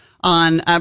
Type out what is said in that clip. on